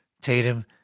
Tatum